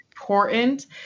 important